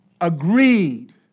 agreed